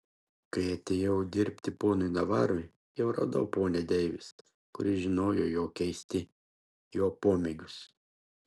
kai atėjau dirbti ponui navarui jau radau ponią deivis kuri žinojo jo keisti jo pomėgius